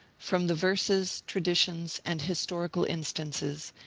from the verses, traditions, and historical in stances,